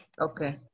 Okay